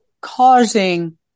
causing